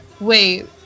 wait